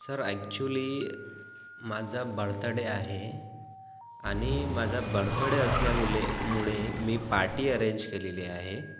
sir actually माझा birthday आहे आणि माझा बर्थ डे असल्यामुळे मुळे मी पार्टी अरेंज केलेली आहे